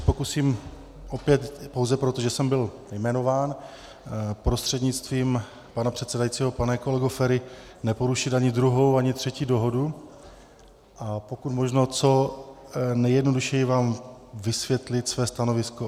Pokusím se opět pouze proto, že jsem byl jmenován, prostřednictvím pana předsedajícího pane kolego Feri, neporušit ani druhou ani třetí dohodu, a pokud možno co nejjednodušeji vysvětlit vám své stanovisko.